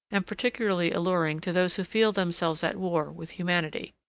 and particularly alluring to those who feel themselves at war with humanity.